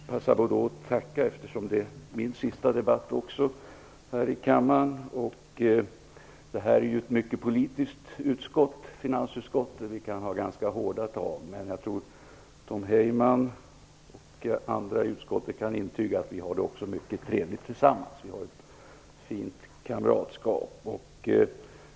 Herr talman! Jag vill passa på att framföra ett tack, eftersom detta är min sista debatt här i kammaren. Finansutskottet är ett mycket politiskt utskott, och tagen kan vara ganska hårda. Men jag tror att Tom Heyman och övriga utskottsledamöter kan intyga att vi också har det mycket trevligt tillsammans. Vi har ett gott kamratskap.